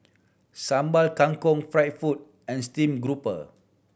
Sambal Kangkong fried food and steam grouper